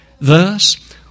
Thus